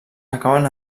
acaben